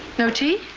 no tea?